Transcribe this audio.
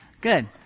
good